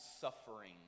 suffering